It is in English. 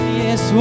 yes